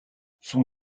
son